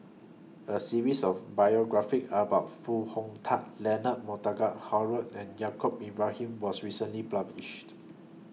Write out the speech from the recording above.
A series of biographies about Foo Hong Tatt Leonard Montague Harrod and Yaacob Ibrahim was recently published